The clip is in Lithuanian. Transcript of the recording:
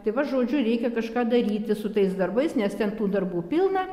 tai va žodžiu reikia kažką daryti su tais darbais nes ten tų darbų pilna